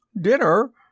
Dinner